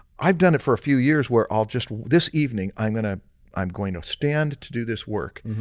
i've done it for a few years where i'll just, this evening i'm going ah i'm going to stand to do this work.